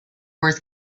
wars